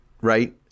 Right